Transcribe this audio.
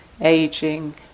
aging